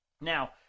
Now